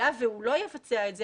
היה והוא לא יבצע את זה,